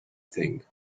thing